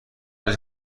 روزی